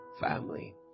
family